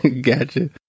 gotcha